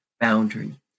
boundary